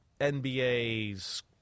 NBA's